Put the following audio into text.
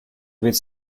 with